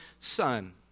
Son